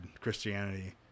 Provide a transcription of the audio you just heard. christianity